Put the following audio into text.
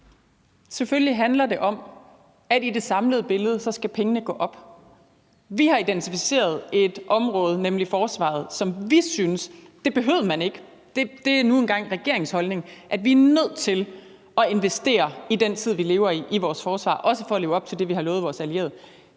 Selvfølgelig handler det om, at det i det samlede billede skal gå op, og at pengene skal passe. Vi har identificeret et område, nemlig forsvaret, som vi synes – det behøvede man ikke, men det er nu engang regeringens holdning – vi er nødt til at investere i i den tid, vi lever i, også for at leve op til det, vi har lovet vores allierede.